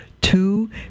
Two